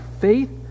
faith